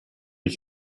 ich